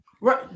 Right